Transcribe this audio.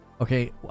Okay